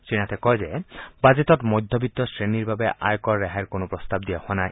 শ্ৰীনাথে কয় যে বাজেটত মধ্যবিত্ত শ্ৰেণীৰ বাবে আয়কৰৰ ৰেহাই কোনো প্ৰস্তাৱ দিয়া নাই